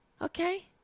Okay